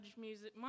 music